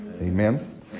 Amen